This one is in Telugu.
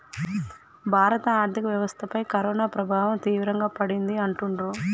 భారత ఆర్థిక వ్యవస్థపై కరోనా ప్రభావం తీవ్రంగా పడింది అంటుండ్రు